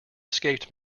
escaped